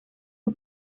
you